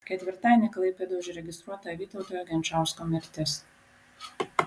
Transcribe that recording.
ketvirtadienį klaipėdoje užregistruota vytauto genčausko mirtis